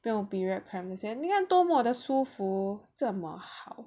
不用 period cramps 你看多么得舒服这么好